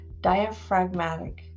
diaphragmatic